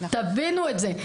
תבינו את זה.